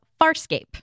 Farscape